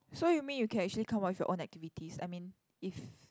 so you mean you can actually come up with your own activities I mean if